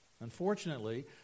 Unfortunately